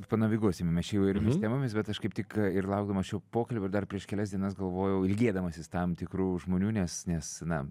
panaviguosim mes čia jau įvairiomis temomis bet aš kaip tik ir laukdamas šio pokalbio dar prieš kelias dienas galvojau ilgėdamasis tam tikrų žmonių nes nes na